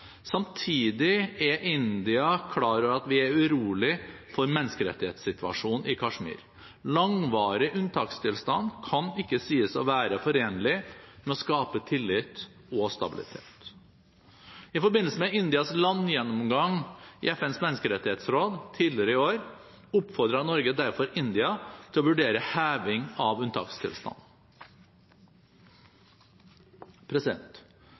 Samtidig er India klar over at vi er urolige for menneskerettighetssituasjonen i Kashmir. Langvarig unntakstilstand kan ikke sies å være forenlig med å skape tillit og stabilitet. I forbindelse med Indias landgjennomgang i FNs menneskerettighetsråd tidligere i år oppfordret Norge derfor India til å vurdere heving av